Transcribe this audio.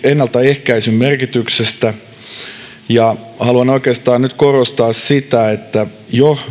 ennaltaehkäisyn merkityksestä ja haluan oikeastaan nyt korostaa sitä että jo